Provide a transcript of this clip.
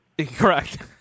Correct